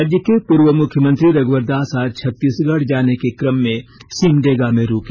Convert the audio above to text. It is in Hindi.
राज्य के पूर्व मुख्यमंत्री रघ्यवर दास आज छत्तीसगढ़ जाने के क्रम में सिमडेगा में रुके